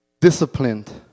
disciplined